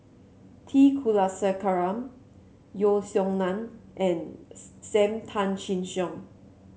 T Kulasekaram Yeo Song Nian and Sam Tan Chin Siong